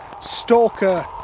stalker